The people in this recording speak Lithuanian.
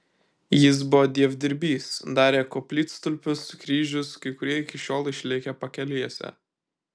jis buvo dievdirbys darė koplytstulpius kryžius kai kurie iki šiol išlikę pakelėse